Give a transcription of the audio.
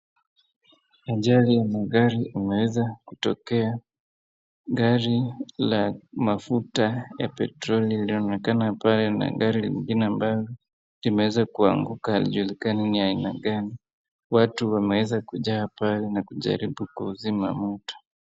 Ajali ya magari imeweza kutokea. Gari la mafuta ya petroli linaonekana pale na gari lingine ambalo limweza kuanguka halijulikanii ni aina gani, watu wameweza kujaa pale nakujaribu kuzima moto.